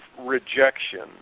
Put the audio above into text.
rejection